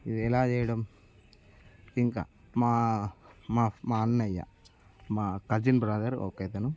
ఇది ఎలా చేయడం ఇంక మా మా అన్నయ్య మా కజిన్ బ్రదర్ ఒకతను